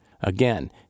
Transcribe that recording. Again